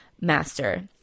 master